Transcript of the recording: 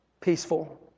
peaceful